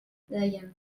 deien